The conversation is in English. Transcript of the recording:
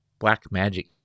Blackmagic